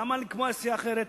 למה לקבוע סיעה אחרת?